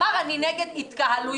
הוא אמר שהוא נגד התקהלויות.